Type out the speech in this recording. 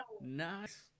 Nice